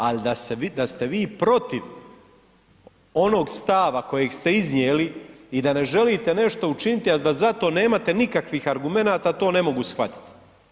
A da ste vi protiv onog stava kojeg ste iznijeli i da ne želite nešto učiniti, a da za to nemate nikakvih argumenata, to ne mogu shvatit.